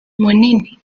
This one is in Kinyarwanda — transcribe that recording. munini